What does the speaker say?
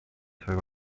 свою